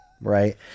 Right